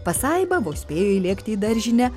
pasaiba vos spėjo įlėkti į daržinę